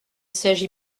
s’agit